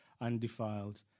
undefiled